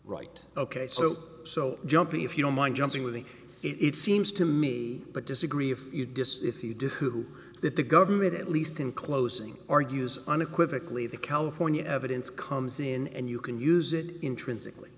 right ok so so jumpy if you don't mind jumping with the it seems to me but disagree if you decide if you do who that the government at least in closing argues unequivocally the california evidence comes in and you can use it intrinsically